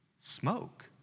Smoke